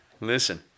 listen